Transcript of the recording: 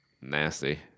nasty